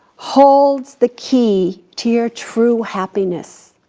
holds the key to your true happiness.